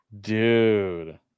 dude